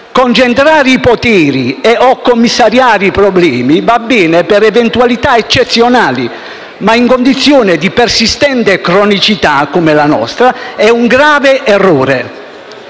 Concentrare i poteri e/o commissariare i problemi va bene per eventualità eccezionali ma in condizioni di persistente cronicità, come nel nostro caso, è un grave errore.